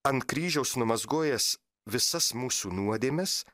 ant kryžiaus numazgojęs visas mūsų nuodėmes